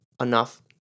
enough